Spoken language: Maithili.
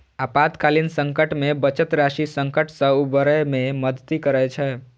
आपातकालीन संकट मे बचत राशि संकट सं उबरै मे मदति करै छै